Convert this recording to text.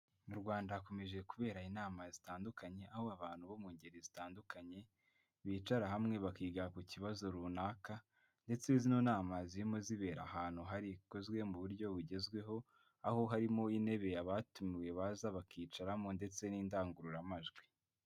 Mu Rwanda hakomeje kubera inama zitandukanye aho abantu bo mu ngeri zitandukanye bicara hamwe bakiga ku kibazo runaka, ndetse zino nama zirimo zibera ahantu hakozwe mu buryo bugezweho aho harimo intebe abatumiwe baza bakicaramo ndetse n'indangururamajwi.